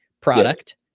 product